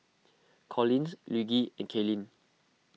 Collins Luigi and Kaylin